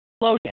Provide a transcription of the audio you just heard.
explosion